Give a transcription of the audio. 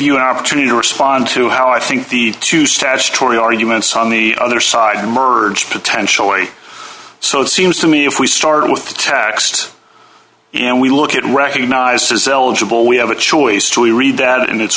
you an opportunity to respond to how i think the two statutory arguments on the other side emerged potentially so it seems to me if we start with text and we look at recognizes eligible we have a choice to read that and it's